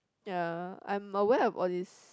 ya I'm aware of all this